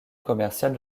commerciales